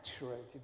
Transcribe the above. saturated